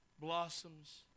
Blossoms